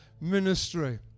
ministry